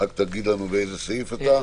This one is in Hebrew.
באיזה סעיף אתה?